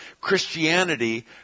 christianity